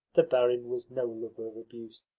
the barin was no lover of abuse,